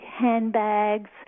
handbags